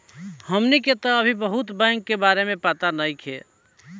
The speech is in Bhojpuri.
हमनी के तऽ अभी बहुत बैंक के बारे में पाता नइखे